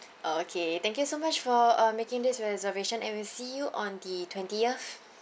okay thank you so much for uh making this reservation and we'll see you on the twentieth